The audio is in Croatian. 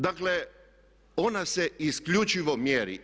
Dakle, ona se isključivo mjeri.